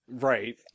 Right